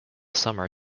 summer